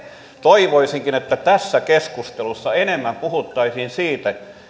toivoisinkin että tässä keskustelussa enemmän puhuttaisiin siitä